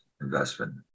investment